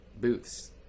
booths